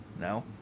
No